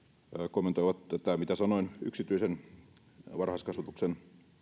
kommentoivat tätä mitä sanoin yksityisen varhaiskasvatuksen